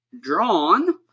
drawn